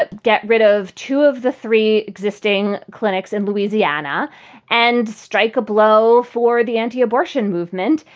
but get rid of two of the three existing clinics in louisiana and strike a blow for the anti-abortion movement.